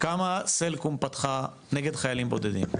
כמה סלקום פתחה נגד חיילים בודדים?